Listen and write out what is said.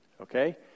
Okay